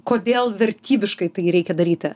kodėl vertybiškai tai reikia daryti